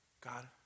God